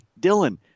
Dylan